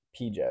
PJ